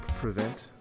prevent